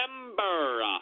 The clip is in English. remember